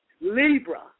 Libra